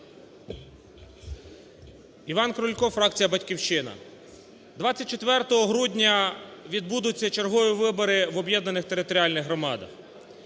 Іван Крулько, фракція "Батьківщина". 24 грудня відбудуться чергові вибори в об'єднаних територіальних громадах,